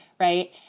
Right